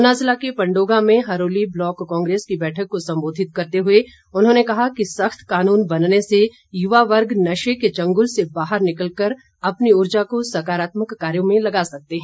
ऊना जिला के पंडोगा में हरोली ब्लॉक कांग्रेस की बैठक को संबोधित करते हुए उन्होंने कहा कि सख्त कानून बनने से युवा वर्ग नशे के चंगुल से बाहर निकल कर अपनी ऊर्जा को सकारात्मक कार्यों में लगा सकते है